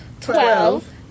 Twelve